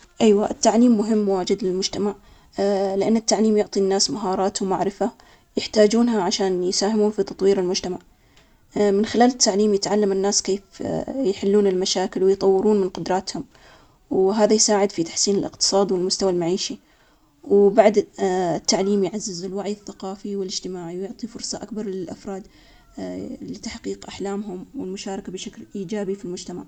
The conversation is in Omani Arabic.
نعم تعليم مهم جداً للمجتمع, يساهم في تطوير الأفراد ويزيد من وعيهم, التعليم يساعد فتحسين فرص العمل, ورفع مستوى المعيشة, ويعزز القيم, مثل التعاون, والتسامح, المجتمعات المتعلمة تكون أكثر قدرة على مواجهة التحديات, وتقديم الحلول المبتكرة, باختصار التعليم أساسي التقدم.